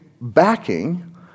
backing